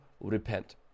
repent